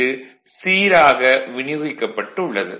இது சீராக விநியோகிக்கப்பட்டு உள்ளது